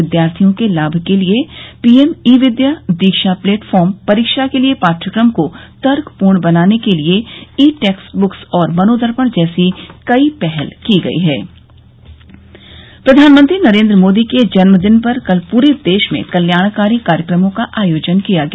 विद्यार्थियों के लाभ के लिए PM e Vidya Diksha platform परीक्षा के लिए पाठ्यक्रम को तर्क पूर्ण बनाने के लिए ई टेक्स्टबुक्स और मनोदर्पण जैसी कई पहल की गई हें प्रधानमंत्री नरेन्द्र मोदी के जन्मदिन पर कल पूरे देश में कल्याणकारी कार्यक्रमों का आयोजन किया गया